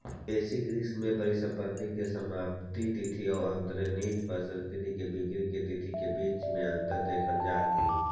basis risk में परिसंपत्ति के समाप्ति तिथि औ अंतर्निहित परिसंपत्ति के बिक्री के तिथि के बीच में अंतर देखल जा हई